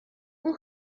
اون